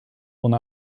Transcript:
will